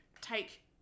take